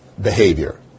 behavior